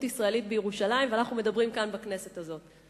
ישראלית בירושלים ואנחנו מדברים כאן בכנסת הזאת.